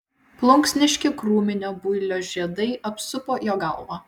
plunksniški krūminio builio žiedai apsupo jo galvą